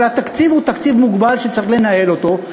אבל התקציב הוא תקציב מוגבל שצריך לנהל אותו.